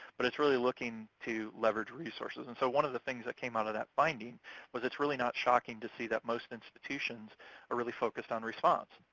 but it's really looking to leverage resources. and so one of the things that came out of that finding was it's really not shocking to see that most institutions are really focused on response,